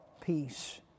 Peace